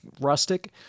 rustic